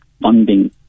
funding